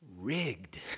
rigged